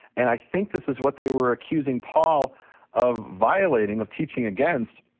and i think this is what they were accusing paul of violating, of teaching against.